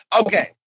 Okay